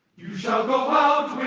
you shall go